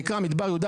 נקרא מדבר יהודה,